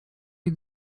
you